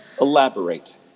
Elaborate